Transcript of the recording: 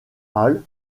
hall